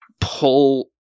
pull